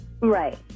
Right